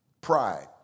Pride